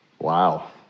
Wow